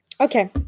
Okay